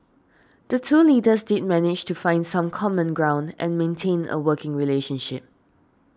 the two leaders did manage to find some common ground and maintain a working relationship